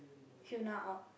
Hyuna out